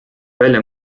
välja